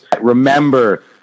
remember